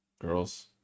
girls